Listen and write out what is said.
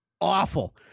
awful